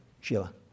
Sheila